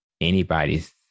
anybody's